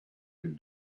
him